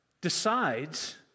decides